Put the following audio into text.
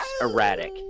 erratic